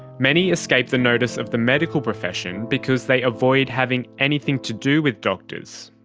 many escape the notice of the medical profession because they avoid having anything to do with doctors.